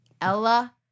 Ella